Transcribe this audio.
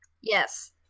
Yes